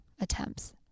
attempts